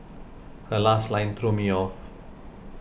her last line threw me off